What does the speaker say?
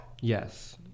Yes